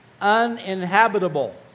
uninhabitable